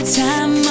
time